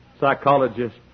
psychologist